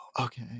Okay